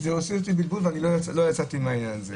זה עושה לי בלבול ולא יצאתי מהעניין הזה.